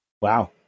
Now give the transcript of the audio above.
wow